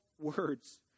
words